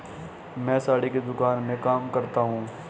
मैं साड़ी की दुकान में काम करता हूं